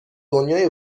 دنیای